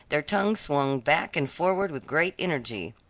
their tongues swung back and forward with great energy.